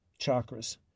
chakras